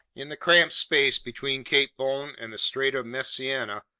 in the cramped space between cape bon and the strait of messina,